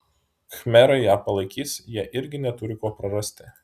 khmerai ją palaikys jie irgi neturi ko prarasti